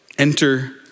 Enter